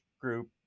group